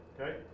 Okay